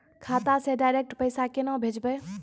खाता से डायरेक्ट पैसा केना भेजबै?